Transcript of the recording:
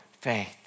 faith